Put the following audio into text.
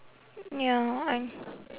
ya I